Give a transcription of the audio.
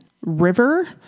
River